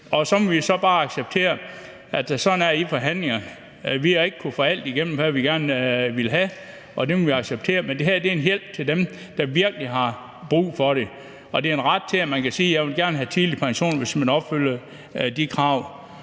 Og så må vi så bare acceptere, at vi ikke har kunnet få alt igennem, som vi gerne ville have – sådan er det i forhandlinger. Men det her er en hjælp til dem, der virkelig har brug for det, og det er en ret til, at man kan sige, at man gerne vil have tidlig pension, hvis man opfylder de krav.